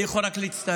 אני יכול רק להצטער.